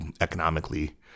economically